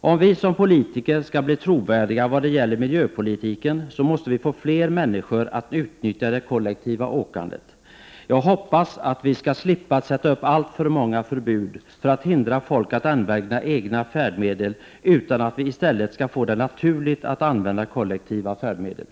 Om vi som politiker skall bli trovärdiga vad gäller miljöpolitiken måste vi få fler människor att utnyttja det kollektiva åkandet. Jag hoppas att vi skall slippa att sätta upp alltför många förbud och därmed hindra folk att använda egna färdmedel, utan att vi i stället skall kunna göra det naturligt för människorna att använda kollektiva färdmedel.